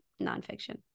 nonfiction